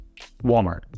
Walmart